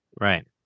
Right